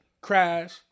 crash